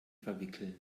verwickeln